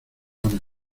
con